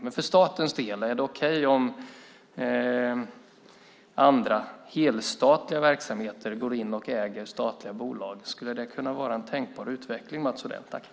Men för statens del undrar jag: Är det okej om andra helstatliga verksamheter går in och äger statliga bolag? Skulle det kunna vara en tänkbar utveckling, Mats Odell?